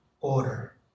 order